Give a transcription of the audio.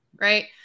right